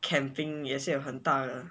camping 也是有很大的